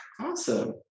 Awesome